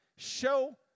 Show